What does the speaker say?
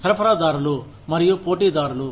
సరఫరాదారులు మరియు పోటీదారులు